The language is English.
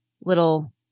little